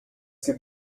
gibt